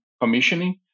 commissioning